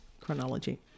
chronology